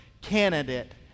candidate